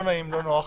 זה לא נעים ולא נוח.